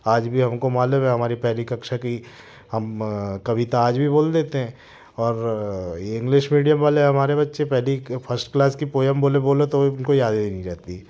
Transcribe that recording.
आज भी हमको मालूम है हमारी पहली कक्षा की हम कविता आज भी बोल देते हैं और ये इंग्लिश मिडियम वाले हमारे बच्चे पहली के फर्स्ट क्लास की पोयम बोले बोलो तो उनको याद ही नहीं रहती